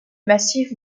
massif